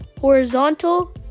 horizontal